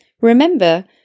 Remember